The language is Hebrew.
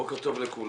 בוקר טוב לכולם,